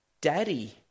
Daddy